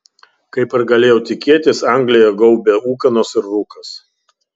kaip ir galėjau tikėtis angliją gaubė ūkanos ir rūkas